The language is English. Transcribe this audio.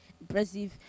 impressive